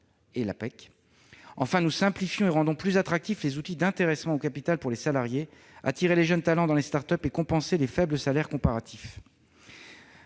(APEC). Enfin, nous simplifions et rendons plus attractifs les outils d'intéressement au capital pour les salariés, aux fins d'attirer les jeunes talents dans les start-up et de compenser la faiblesse relative